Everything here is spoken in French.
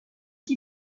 qui